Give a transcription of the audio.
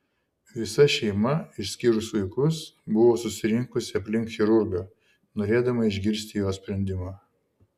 visa šeima išskyrus vaikus buvo susirinkusi aplink chirurgą norėdama išgirsti jo sprendimą